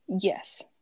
Yes